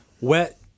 Wet